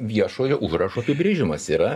viešojo užrašo apibrėžimas yra